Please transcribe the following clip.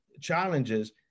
challenges